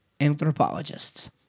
Anthropologists